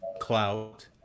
clout